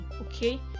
okay